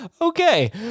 Okay